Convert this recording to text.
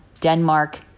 Denmark